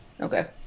Okay